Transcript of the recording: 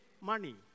money